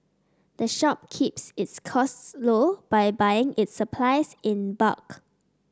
the shop keeps its costs low by buying its supplies in bulk